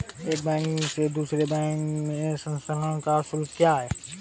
एक बैंक से दूसरे बैंक में स्थानांतरण का शुल्क क्या है?